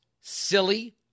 silly